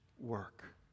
work